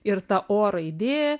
ir ta o raidė